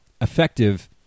effective